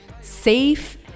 safe